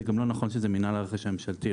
זה גם לא נכון שזה מינהל הרכש הממשלתי,